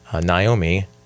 Naomi